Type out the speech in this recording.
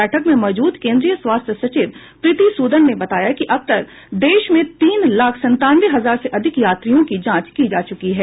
बैठक में मौजूद केंद्रीय स्वास्थ्य सचिव प्रीति सूदन ने बताया कि अब तक देश में तीन लाख संतानवे हजार से अधिक यात्रियों की जांच की जा चुकी है